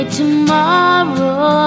tomorrow